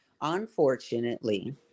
unfortunately